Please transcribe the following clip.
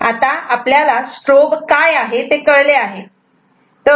आता आपल्याला स्ट्रोब काय आहे ते कळले आहे